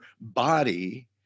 body